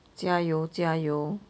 加油加油